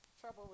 trouble